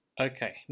Okay